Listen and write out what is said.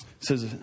says